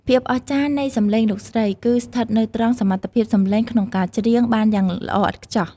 ភាពអស្ចារ្យនៃសំឡេងលោកស្រី គឺស្ថិតនៅត្រង់ សមត្ថភាពសម្លេងក្នុងការច្រៀង បានយ៉ាងល្អឥតខ្ចោះ។